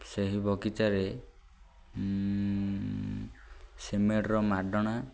ସେହି ବଗିଚାରେ ସିମେଣ୍ଟର ମାଡ଼ଣା